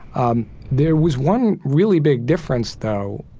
um, there was one really big difference, though,